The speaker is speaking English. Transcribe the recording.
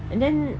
and then